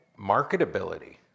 marketability